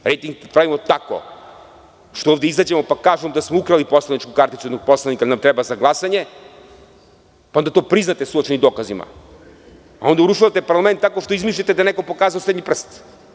Rejting pravimo tako što izađemo, pa kažemo da smo ukrali poslaničku karticu jednog poslanika jer nam treba za glasanje, pa onda to priznate sa dokazima, onda urušavate parlament tako što izmišljate da je neko pokazao srednji prst.